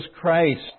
Christ